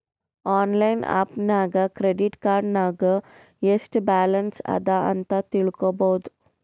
online app ನಾಗ್ credit card ನಾಗ್ ಎಸ್ಟ್ ಬ್ಯಾಲನ್ಸ್ ಅದಾ ಅಂತ್ ತಿಳ್ಕೊಬೋದು